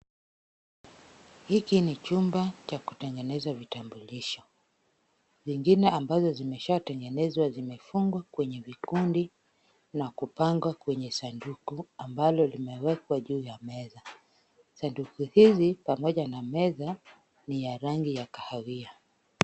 Hiki ni chumba cha kutengeneza vitambulisho. Zingine ambazo zimeshatengenezwa zimefungwa kwenye vikundi na kupangwa kwenye sanduku ambalo limewekwa juu ya meza. Sanduku hizi pamoja na meza ni ya rangi ya kahawia.